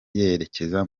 yerekeza